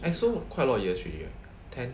exo quite long years already right ten